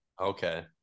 Okay